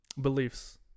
beliefs